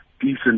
decent